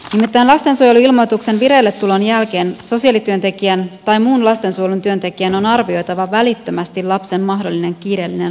nimittäin lastensuojeluilmoituksen vireilletulon jälkeen sosiaalityöntekijän tai muun lastensuojelun työntekijän on arvioitava välittömästi lapsen mahdollinen kiireellinen lastensuojelun tarve